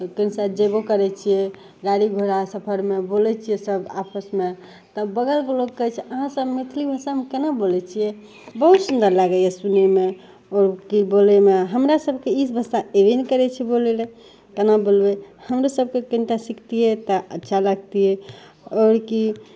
कोन शायद जेबो करै छियै गाड़ी घोड़ा सफरमे बोलै छियै सब आपसमे तब बगलके लोक कहै छै अहाँ सब मैथिली भाषामे केना बोलै छियै बहुत सुन्दर लागैया सुनैमे आओर कि बोलैमे हमरा सबके ई भाषा अयबे नहि करै छै बोलै लए केना बोलबै हमरो सबके कनिका सिखतियै तऽ अच्छा लागतियै आओर कि